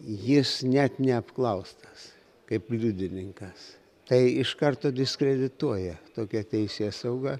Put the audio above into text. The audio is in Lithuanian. jis net neapklaustas kaip liudininkas tai iš karto diskredituoja tokią teisėsaugą